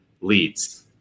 leads